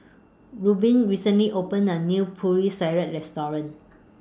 Reuben recently opened A New Putri Salad Restaurant